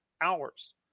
hours